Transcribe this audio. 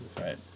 Right